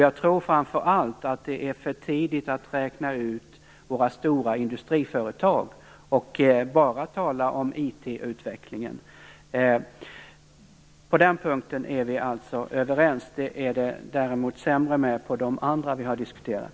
Jag tror framför allt att det är för tidigt att räkna ut våra stora industriföretag och bara tala om IT-utvecklingen. På den punkten är vi alltså överens. Det är det däremot sämre med på de andra punkter vi har diskuterat.